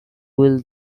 will